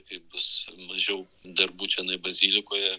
kai bus mažiau darbų čionai bazilikoje